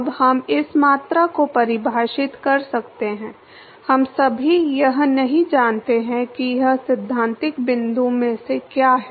अब हम इस मात्रा को परिभाषित कर सकते हैं हम सभी यह नहीं जानते कि यह सैद्धांतिक बिंदु से क्या है